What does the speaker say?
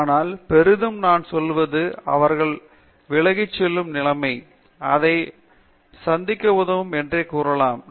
ஆனால் பெரிதும் நான் சொல்வது அவர்கள் விலகிச்செல்லும் நிலைமை அதை சந்திக்க உதவுவது என்று கூறலாம்